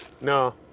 No